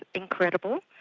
incredible,